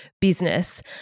business